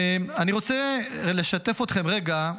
אני רוצה לשתף אתכם רגע,